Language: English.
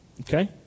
Okay